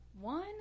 One